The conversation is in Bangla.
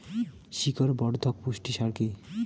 শিকড় বর্ধক পুষ্টি সার কি?